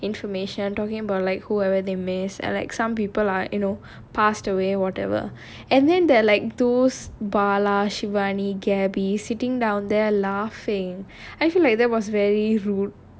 information talking about like whoever they miss and like some people are you know passed away whatever and then they're like those bala shivani gaby sitting down there laughing I feel like that was very rude